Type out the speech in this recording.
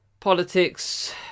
Politics